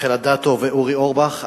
רחל אדטו ואורי אורבך,